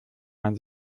man